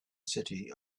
city